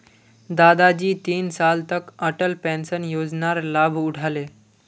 दादाजी तीन साल तक अटल पेंशन योजनार लाभ उठा ले